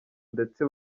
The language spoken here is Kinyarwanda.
ndetse